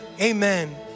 Amen